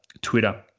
Twitter